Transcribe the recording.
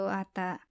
ata